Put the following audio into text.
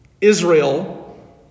Israel